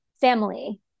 family